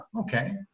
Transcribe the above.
okay